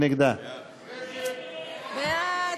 מי נגדה?